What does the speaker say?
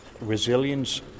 resilience